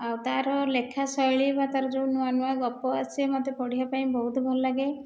ଆଉ ତା'ର ଲେଖା ଶୈଳୀ ବା ତା'ର ଯେଉଁ ନୁଆ ନୁଆ ଗପ ଆସେ ମୋତେ ପଢ଼ିବା ପାଇଁ ବହୁତ ଭଲ ଲାଗେ